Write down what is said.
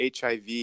HIV